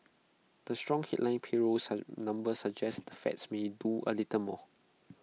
the strong headline payrolls numbers suggest the fed may do A little more